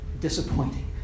disappointing